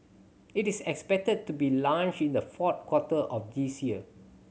it is expected to be launched in the fourth quarter of this year